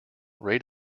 rate